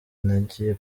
nagiye